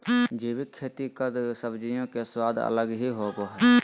जैविक खेती कद सब्जियों के स्वाद अलग ही होबो हइ